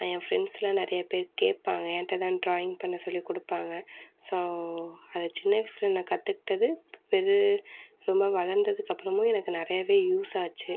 நான் என் ஃப்ரெண்ட்ஸ்லாம் நிறையா பேர் கேட்பாங்க என்ட்ட தான் ட்ராயிங் பண்ண சொல்லி கொடுப்பாங்க ஸோ அது சின்ன வயசில் நான் கற்றுக்கிட்டது பெரு ரொம்ப வளர்ந்ததுக்கப்பறமும் எனக்கு நிறையாவே யூஸ் ஆச்சு